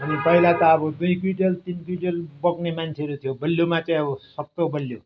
हामी पहिला त अब दुई कुइन्टल तिन कुइन्टल बोक्ने मान्छेहरू थियो बलियोमा चाहिँ अब सक्दो बलियो